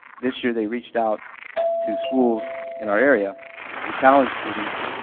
this year they reached out to schools in our area and challenged students